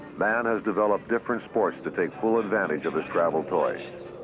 man has developed different sports to take full advantage of his travel toys.